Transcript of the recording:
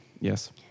Yes